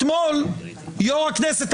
אתמול פרסם יושב-ראש הכנסת,